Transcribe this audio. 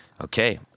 Okay